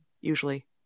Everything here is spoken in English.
usually